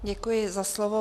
Děkuji za slovo.